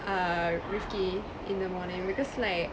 err rifky in the morning because like